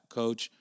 coach